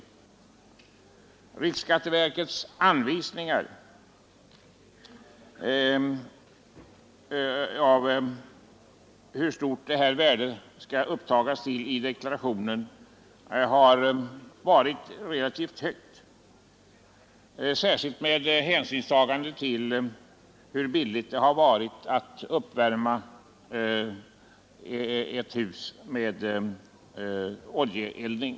I riksskatteverkets anvisningar anges ett relativt högt belopp för hur mycket detta fria bränsle skall tas upp till i deklarationen, särskilt med hänsynstagande till hur billigt det har varit att uppvärma ett hus med oljeeldning.